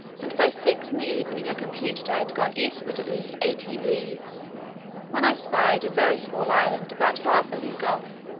and by six in the evening i computed i had gone eastward at least eighteen leagues when i spied a very small island about half a league off,